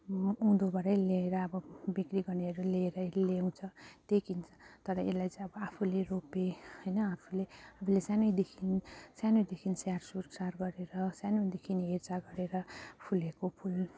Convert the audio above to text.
उँदोबाटै ल्याएर अब बिक्री गर्नेहरूले लिएरै ल्याउँछ त्यही किन्छ तर यसलाई चाहिँ अब आफूले रोपे होइन आफूले आफूले सानैदेखि सानैदेखि स्याहारसुसार गरेर सानैदेखि हेरचाह गरेर फुलेको फुल